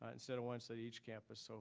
ah instead of once at each campus. so